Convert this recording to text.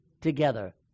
together